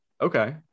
Okay